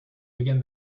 begin